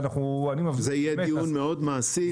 ואנחנו --- זה יהיה דיון מאוד מעשי.